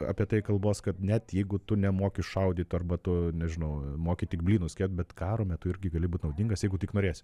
apie tai kalbos kad net jeigu tu nemoki šaudyt arba tu nežinau moki tik blynus kept bet karo metu irgi gali būti naudingas jeigu tik norėsi